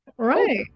right